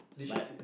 but